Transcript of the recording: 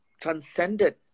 transcended